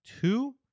two